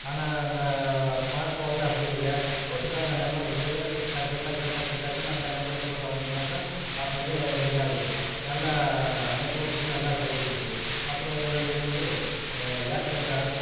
ஆனால் இந்த ஸ்மார்ட் போன்ல அப்படி இல்லை ஒட்டுக்கா அந்த நம்பர் இருக்குது டக்கு டக்கு டக்கு டக்குனு அந்த நம்பர் போட்டு அழுத்துனாக்கா அப்பவே ரிங் ஆகுது நல்லா நெட்ஒர்க்கும் நல்லா கிடைக்குது அப்புறம் எங்களுக்கு வந்து ஏர்டெல் தான்